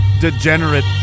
degenerate